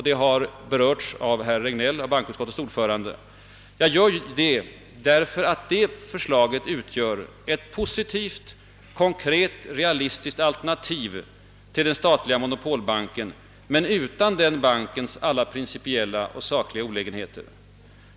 Det har berörts av herr Regnéll, bankoutskottets ordförande. Jag gör det därför att det förslaget utgör ett positivt, konkret, realistiskt alternativ för den statliga monopolbanken men utan den bankens alla principiella och statliga olägenheter.